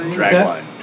Dragline